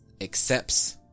accepts